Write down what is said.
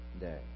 day